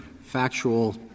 factual